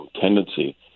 tendency